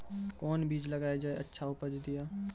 कोंन बीज लगैय जे अच्छा उपज दिये?